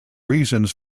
reasons